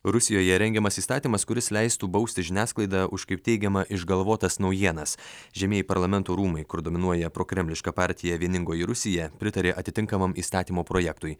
rusijoje rengiamas įstatymas kuris leistų bausti žiniasklaidą už kaip teigiama išgalvotas naujienas žemieji parlamento rūmai kur dominuoja prokremliška partija vieningoji rusija pritarė atitinkamam įstatymo projektui